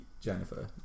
Jennifer